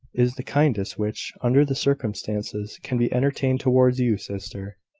is the kindest which, under the circumstances, can be entertained towards you, sister.